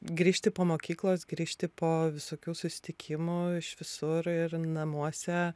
grįžti po mokyklos grįžti po visokių susitikimų iš visur ir namuose